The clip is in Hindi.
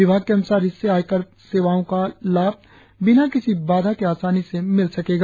विभाग के अनुसार इससे आयकर सेवाओं का लाभ बिना किसी बाधा के आसानी से मिल सकेगा